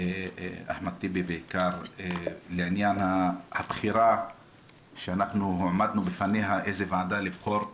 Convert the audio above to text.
- אחמד טיבי בעיקר לעניין הבחירה שאנחנו הועמדנו בפניה איזה ועדה לבחור.